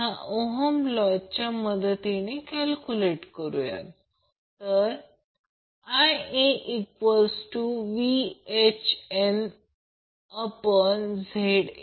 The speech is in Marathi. तर इथेही आपण कॅपिटल A N लिहू शकतो काही फरक पडत नाही आणि करंट Ia हा लॅगिंग आहे कारण हा अँगल आहे